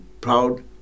proud